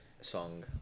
song